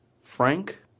Frank